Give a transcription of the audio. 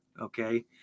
okay